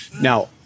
Now